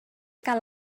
cal